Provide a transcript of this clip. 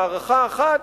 הארכה אחת,